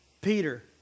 Peter